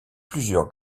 plusieurs